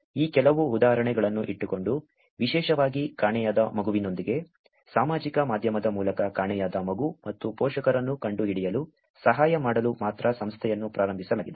ಈ ಕೆಲವು ಉದಾಹರಣೆಗಳನ್ನು ಇಟ್ಟುಕೊಂಡು ವಿಶೇಷವಾಗಿ ಕಾಣೆಯಾದ ಮಗುವಿನೊಂದಿಗೆ ಸಾಮಾಜಿಕ ಮಾಧ್ಯಮದ ಮೂಲಕ ಕಾಣೆಯಾದ ಮಗು ಮತ್ತು ಪೋಷಕರನ್ನು ಕಂಡುಹಿಡಿಯಲು ಸಹಾಯ ಮಾಡಲು ಮಾತ್ರ ಸಂಸ್ಥೆಯನ್ನು ಪ್ರಾರಂಭಿಸಲಾಗಿದೆ